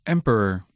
Emperor